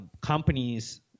companies